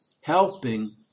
Helping